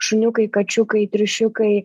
šuniukai kačiukai triušiukai